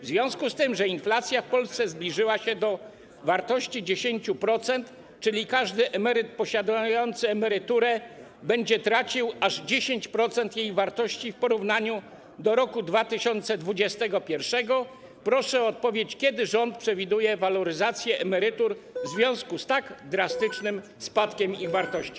W związku z tym, że inflacja w Polsce zbliżyła się do wartości 10%, czyli każdy emeryt posiadający emeryturę będzie tracił aż 10% jej wartości w porównaniu z rokiem 2021, proszę o odpowiedź, kiedy rząd przewiduje waloryzację emerytur w związku z tak drastycznym spadkiem ich wartości.